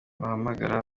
bahamagara